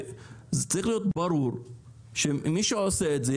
זה צריך להיות ברור שמי שעושה את זה,